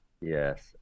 Yes